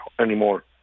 anymore